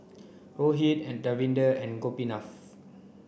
Rohit Davinder and Gopinath